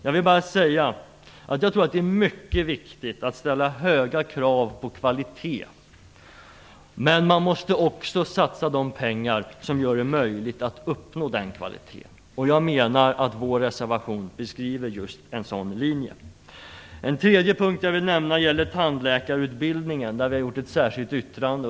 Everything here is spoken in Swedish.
Jag tror att det är mycket viktigt att ställa höga krav på kvalitet, men man måste också satsa de pengar som gör det möjligt att uppnå den kvaliteten. Jag menar att vår reservation beskriver en sådan linje. En tredje punkt jag vill nämna gäller tandläkarutbildningen. Där har vi gjort ett särskilt yttrande.